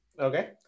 Okay